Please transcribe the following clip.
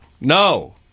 no